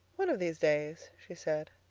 one of these days, she said,